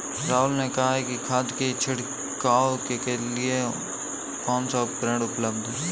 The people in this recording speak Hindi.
राहुल ने कहा कि खाद की छिड़काव के लिए कौन सा उपकरण उपलब्ध है?